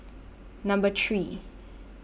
Number three